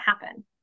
happen